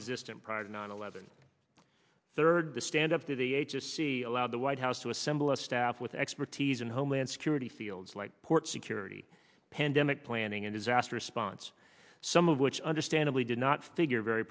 existent pride nine eleven third to stand up to the allow the white house to assemble a staff with expertise in homeland security fields like port security pandemic planning and disaster response some of which understandably did not figure very